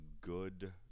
good